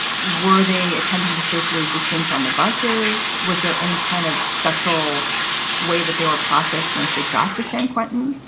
were they attempting to socially distance on the buses? was there any kind of special way that they were processed once they got to san quentin?